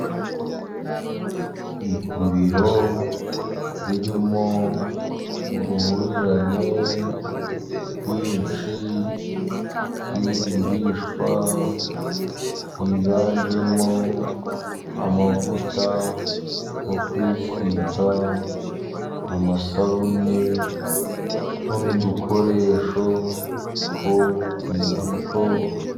Iguriro ririmo uruhurirane rwinshi rw'ibigurishwa higanjemo: amavuta yo kwisiga, amasabune, n'utundi dukoresho two mu rugo.